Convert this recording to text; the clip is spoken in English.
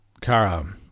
Kara